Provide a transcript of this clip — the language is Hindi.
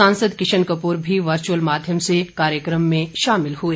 सांसद किशन कपूर भी वर्चअल माध्यम से कार्यक्रम में शामिल हुए